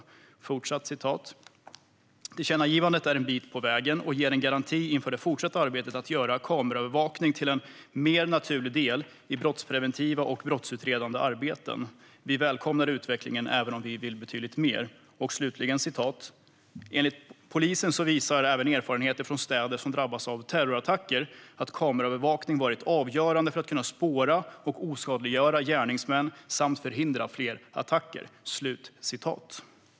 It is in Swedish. Jag fortsatte: Tillkännagivandet är en bit på vägen och ger en garanti inför det fortsatta arbetet med att göra kameraövervakning till en mer naturlig del i det brottspreventiva och brottsutredande arbetet. Vi välkomnar utvecklingen, även om vi vill betydligt mer. Och slutligen: Enligt polisen visar även erfarenheter från städer som drabbats av terrorattacker att kameraövervakning varit avgörande för att kunna spåra och oskadliggöra gärningsmän samt förhindra fler attacker.